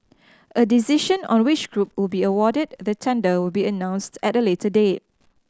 a decision on which group will be awarded the tender will be announced at a later date